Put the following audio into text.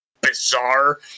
bizarre